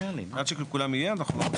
עד שלכולם יהיה אנחנו לא מקריאים.